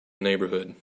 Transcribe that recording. neighborhood